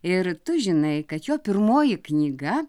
ir tu žinai kad jo pirmoji knyga